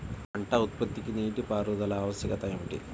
పంట ఉత్పత్తికి నీటిపారుదల ఆవశ్యకత ఏమి?